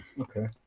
Okay